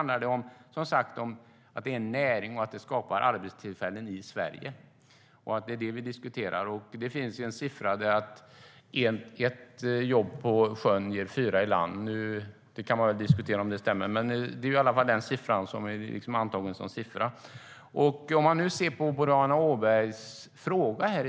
Det är en näring som skapar arbetstillfällen i Sverige. Det är detta vi diskuterar. Det finns en siffra: Ett jobb på sjön ger fyra i land. Man kan diskutera om det stämmer, men det är i alla fall en vedertagen siffra.